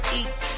eat